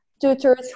tutors